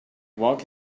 walk